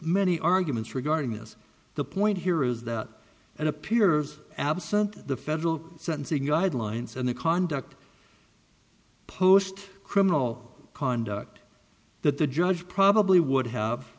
many arguments regarding this the point here is that it appears absent the federal sentencing guidelines and the conduct post criminal conduct that the judge probably would have